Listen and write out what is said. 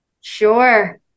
Sure